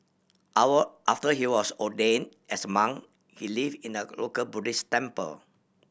our after he was ordain as monk he live in a local Buddhist temple